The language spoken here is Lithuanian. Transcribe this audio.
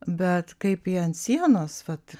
bet kaip ji ant sienos vat